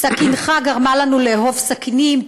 -- "סכינך גרמה לנו לאהוב סכינים.